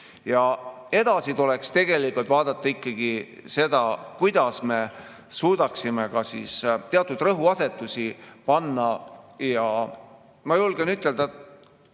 Ja edasi tuleks tegelikult vaadata ikkagi seda, kuidas me suudaksime ka teatud rõhuasetusi panna. Ma julgen ütelda